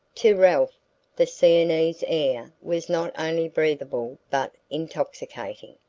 to ralph the sienese air was not only breathable but intoxicating.